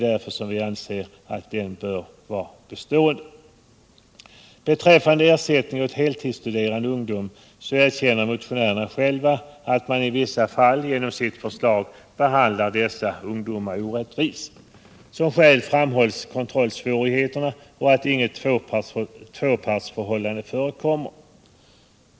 Därför anser vi att den bör få bestå. Beträffande ersättningen åt heltidsstuderande ungdom erkänner motionärerna själva att de i vissa fall genom sitt förslag behandlar dessa ungdomar orättvist. Som skäl härför framhåller man kontrollsvårigheterna och att inget tvåpartsförhållande förekommer.